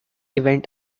event